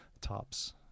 tops